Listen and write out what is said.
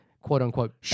quote-unquote